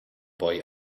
boy